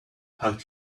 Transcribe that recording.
hugged